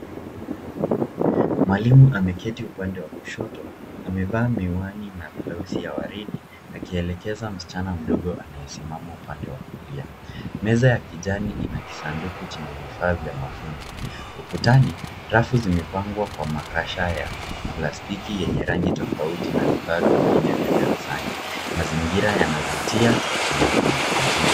Mwalimu ameketi upande wa kushoto. Amevaa miwani na blausi ya waridi akielekeza msichana mdogo anayesimama upande wa kulia. Meza ya kijani ina kisanduku chenye vifaa vya mafunzo. Ukutani, rafu zimepangwa kwa makasha ya plastiki yenye rangi tofauti na vifaa vingine vya darasani. Mazingira yanavutia na ya kujifunzia.